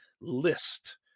list